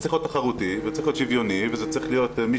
זה צריך להיות תחרותי וצריך להיות שוויוני וזה צריך להיות מי